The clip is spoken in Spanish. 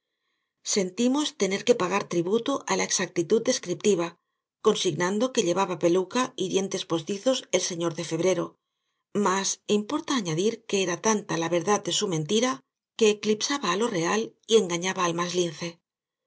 sentimos tener que pagar tributo á la exactitud descriptiva consignando que llevaba peluca y dientes postizos el señor de febrero mas importa añadir que era tanta la verdad de su mentira que eclipsaba á lo real y engañaba al más